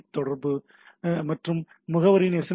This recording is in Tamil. பி மற்றும் முகவரின் எஸ்